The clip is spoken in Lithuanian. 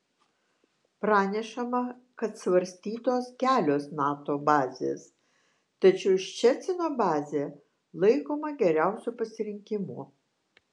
pranešama kad svarstytos kelios nato bazės tačiau ščecino bazė laikoma geriausiu pasirinkimu